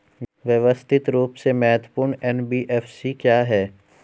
व्यवस्थित रूप से महत्वपूर्ण एन.बी.एफ.सी क्या हैं?